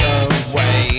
away